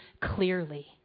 clearly